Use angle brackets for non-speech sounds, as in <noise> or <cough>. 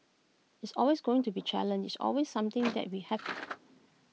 it's always going to be challenge it's always something <noise> that we have